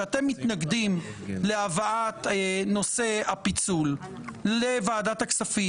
שאתם מתנגדים להבאת נושא הפיצול לוועדת הכספים.